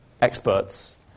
experts